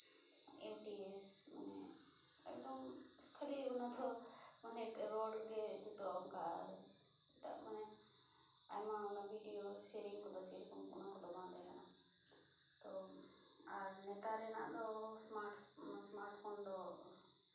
ᱮᱢ T S ᱢᱟᱱᱮ ᱮᱠᱫᱚᱢ ᱠᱷᱟᱹᱞᱤ ᱚᱱᱟᱫᱚ ᱨᱚᱲ ᱜᱮ ᱡᱩᱛᱩᱜᱼᱟ ᱚᱱᱠᱟ ᱟᱨ ᱮᱴᱟᱜ ᱢᱟᱱᱮ ᱟᱭᱢᱟ ᱵᱤᱰᱤᱭᱳ ᱥᱮᱨᱮᱧ ᱚᱱᱟ ᱠᱚᱫᱚ ᱵᱟᱝ ᱛᱟᱦᱮᱸ ᱠᱟᱱᱟ ᱛᱚ ᱟᱨ ᱱᱮᱛᱟᱨ ᱨᱮᱱᱟᱜ ᱫᱚ ᱥᱢᱟᱨᱴᱥ ᱥᱢᱟᱨᱴ ᱯᱷᱳᱱ ᱫᱚ